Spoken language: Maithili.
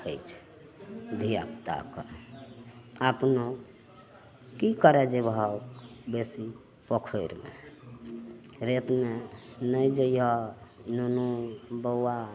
होइ छै धियापुतासब अपनो की करऽ जेब हऽ बेसी पोखरिमे रेतमे नहि जाहऽ नुनू बौआ